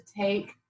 take